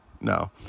no